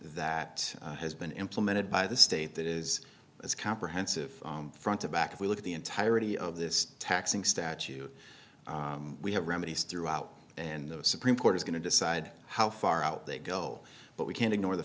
that has been implemented by the state that is as comprehensive front to back if we look at the entirety of this taxing statute we have remedies throughout and the supreme court is going to decide how far out they go but we can't ignore the